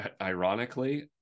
ironically